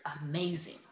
Amazing